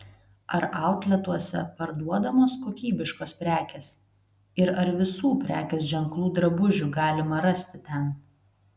ar autletuose parduodamos kokybiškos prekės ir ar visų prekės ženklų drabužių galima rasti ten